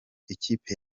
ikipe